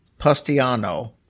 Pustiano